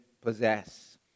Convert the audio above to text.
possess